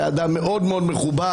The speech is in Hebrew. אדם מאוד מכובד,